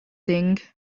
thing